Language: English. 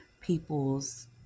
people's